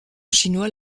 chinois